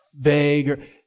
vague